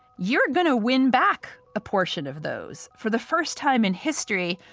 you're going to win back a portion of those. for the first time in history,